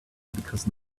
because